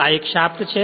આ એક શાફ્ટ છે